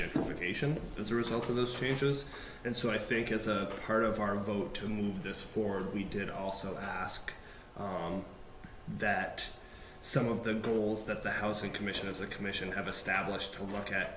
gentrification as a result of those changes and so i think as a part of our vote to move this forward we did also ask that some of the goals that the housing commission as a commission have established to look at